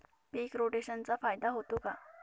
पीक रोटेशनचा फायदा होतो का?